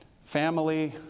Family